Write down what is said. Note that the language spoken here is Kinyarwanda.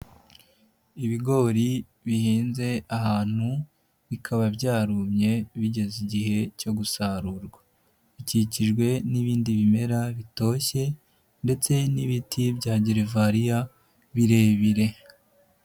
Ibigori bihinze ahantu, bikaba byarumye bigeze igihe cyo gusarurwa. Bikikijwe n'ibindi bimera bitoshye ndetse n'ibiti byagerivariya birebire.